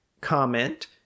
comment